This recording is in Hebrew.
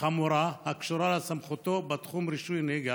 חמורה הקשורה לסמכותו בתחום רישוי נהיגה,